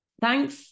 thanks